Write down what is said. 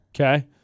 Okay